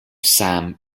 sam